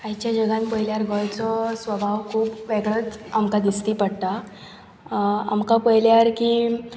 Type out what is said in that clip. आयच्या जगान पयल्यार गोंयचो स्वभाव खूब वेगळोच आमकां दिश्टी पडटा आमकां पयल्यार की